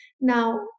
Now